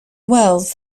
wells